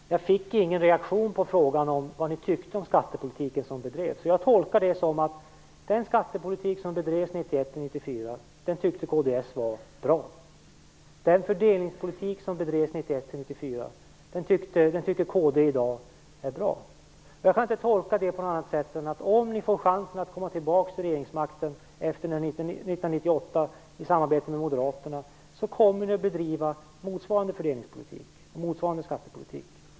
Herr talman! Jag fick inte någon reaktion på frågan om vad ni tycker om den skattepolitik som bedrevs. Jag tolkar det som att kd tycker att den skattepolitik som bedrevs 1991-94 var bra, och att kd i dag också tycker att den fördelningspolitik som bedrevs 1991-94 var bra. Jag kan inte tolka det på något annat sätt än att ni, om ni får chansen att komma tillbaka till regeringsmakten tillsammans med Moderaterna efter 1998, kommer att bedriva motsvarande fördelningspolitik och skattepolitik.